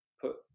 put